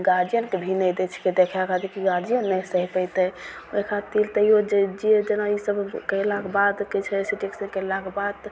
गार्जियनके भी नहि दै छिकै देखय खातिर कि गार्जियन नहि सहि पेतय ओइ खातिर तइयो जे जे जेना ई सभ करेलाके बाद कहय छै से सी टी स्कैन करेलाक बाद